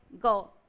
Go